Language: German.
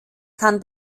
kann